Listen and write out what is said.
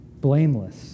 blameless